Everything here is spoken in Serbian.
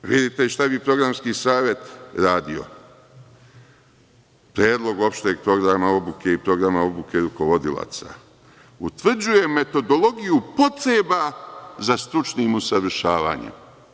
Vidite šta bi programski savet radio, predlog opšteg programa odluke i programa obuke rukovodioca, utvrđuje metodologiju potreba za stručnim usavršavanjem.